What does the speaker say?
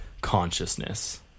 consciousness